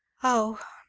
oh!